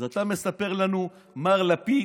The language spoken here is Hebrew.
אז אתה מספר לנו, מר לפיד,